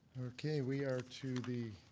okay, we are to the